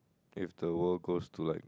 if the world goes to like